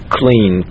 clean